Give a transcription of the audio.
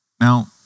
Now